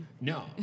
No